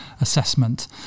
assessment